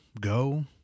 go